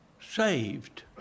Saved